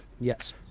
Yes